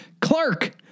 Clark